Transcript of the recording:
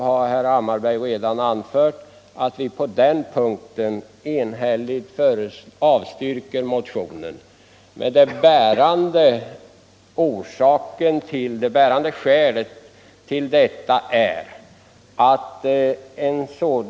Herr Hammarberg har redan anfört att utskottet enhälligt avstyrker motionen 652, som gäller överlåtelse av arrende.